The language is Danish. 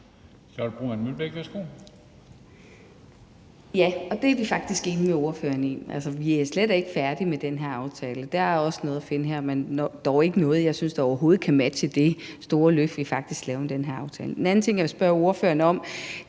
Ja, og det er vi faktisk enige med ordføreren i. Vi er slet ikke færdige med den her aftale. Der er også noget at finde her, men dog ikke noget, jeg synes overhovedet kan matche det store løft, vi faktisk laver med den her aftale. En anden ting, jeg vil spørge ordføreren om,